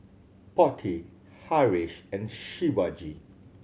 Potti Haresh and Shivaji